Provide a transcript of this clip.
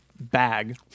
bag